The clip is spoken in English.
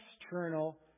external